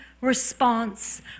response